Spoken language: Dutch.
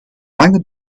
lange